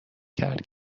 کرد